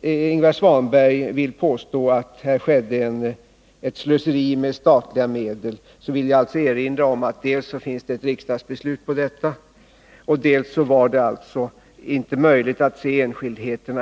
Ingvar Svanberg vill påstå att här skedde ett slöseri med statliga medel vill jag alltså erinra om att det dels finns ett riksdagsbeslut om detta, dels inte var möjligt att se enskildheterna.